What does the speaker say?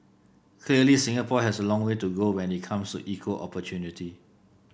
clearly Singapore has a long way to go when it comes to equal opportunity